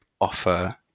offer